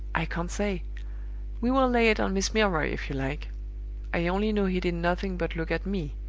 i can't say we will lay it on miss milroy, if you like i only know he did nothing but look at me.